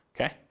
Okay